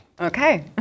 Okay